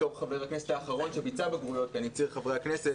בתור חבר הכנסת האחרון שביצע בגרויות כי אני צעיר חברי הכנסת,